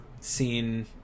seen